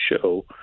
show